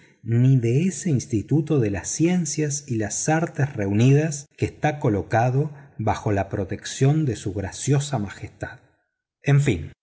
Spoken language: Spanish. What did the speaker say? de ese instituto de las ciencias y las artes reunidas que está colocado bajo la protección de su graciosa majestad en fin